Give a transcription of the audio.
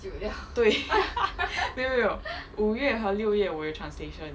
对 没有没有五月和六月我有 translation